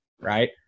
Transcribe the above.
right